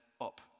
up